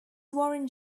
warren